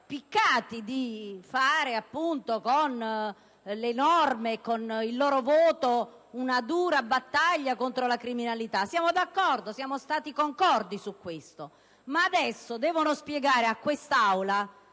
piccati di fare con le norme e con il loro voto una dura battaglia contro la criminalità. Siamo d'accordo; siamo stati concordi su questo, ma adesso devono spiegare a quest'Aula